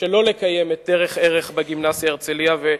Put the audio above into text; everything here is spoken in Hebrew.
שלא לקיים את "דרך ערך" בגימנסיה "הרצליה"